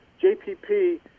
JPP